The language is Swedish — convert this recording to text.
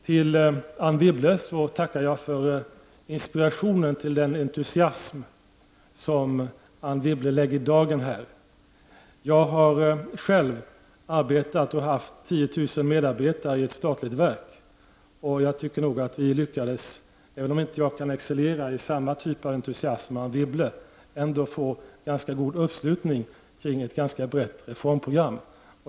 Jag tackar Anne Wibble för den inspiration och entusiasm som hon har lagt i dagen. Jag har själv arbetat och haft 10 000 medarbetare i ett statligt verk. Även om jag inte kan excellera i samma typ av entusiasm som Anne Wibble, tycker jag att vi ändå lyckades få en god uppslutning kring ett brett reformprogram.